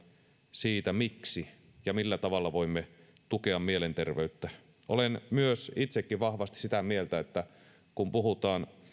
siitä miksi ja millä tavalla voimme tukea mielenterveyttä olen myös itsekin vahvasti sitä mieltä että kun puhutaan